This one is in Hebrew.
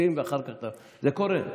שים, ואחר כך, זה קורה.